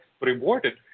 rewarded